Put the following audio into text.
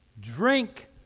Drink